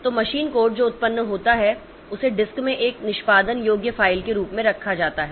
तो machine code जो उत्पन्न होता है उसे डिस्क में एक निष्पादन योग्य फ़ाइल के रूप में रखा जाता है